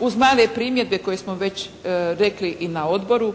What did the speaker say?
Uz najave primjedbe koje smo već rekli i na odboru